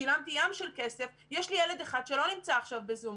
שילמתי ים של כסף יש לי ילד אחד שלא נמצא עכשיו בזום,